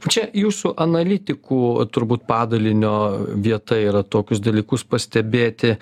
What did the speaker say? čia jūsų analitikų turbūt padalinio vieta yra tokius dalykus pastebėti